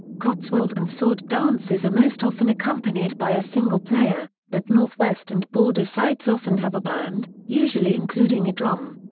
cotswold and sword dancers are most often accompanied by a single player, but northwest and border sides often have a band, usually including a drum.